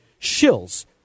shills